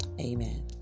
Amen